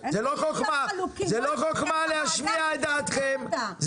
זה לא חוכמה להשמיע את דעתכם,